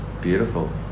Beautiful